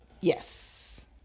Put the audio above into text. Yes